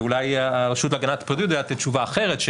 ואולי הרשות להגנת הפרטיות יודעת לתת תשובה אחרת,